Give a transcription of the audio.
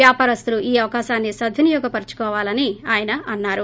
వ్యాపారస్తులు ఈ అవకాశాన్ని సద్వినియోగ పరుచుకోవాలని అన్నారు